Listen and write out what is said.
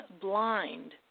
blind